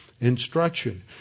instruction